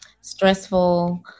stressful